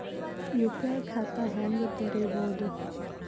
UPI ಖಾತಾ ಹೆಂಗ್ ತೆರೇಬೋದು?